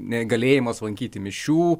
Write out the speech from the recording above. negalėjimas lankyti mišių